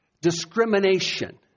discrimination